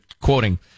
quoting